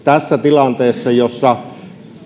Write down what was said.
tässä tilanteessa jossa